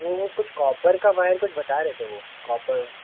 वो कुछ कॉपर का वायर कुछ बता रहे थे वो कॉपर